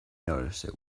noticed